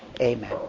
Amen